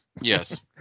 Yes